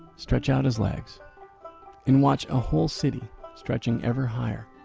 stretch out his legs and watch a whole city stretching ever higher